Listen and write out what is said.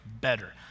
better